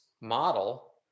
model